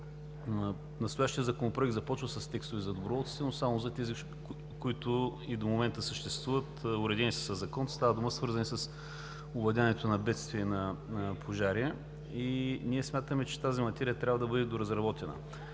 Настоящият законопроект започва с текстове за доброволците, но само за тези, които и до момента съществуват, уредени са със закон, става дума за свързани с овладяването на бедствия и на пожари. Смятаме, че тази материя трябва да бъде доразработена.